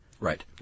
right